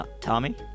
Tommy